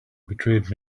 betrayed